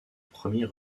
premier